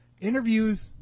Interviews